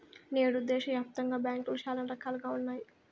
నేడు దేశాయాప్తంగా బ్యాంకులు శానా రకాలుగా ఉన్నాయి